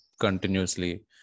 continuously